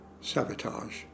sabotage